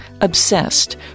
obsessed